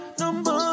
number